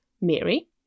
Mary